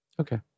Okay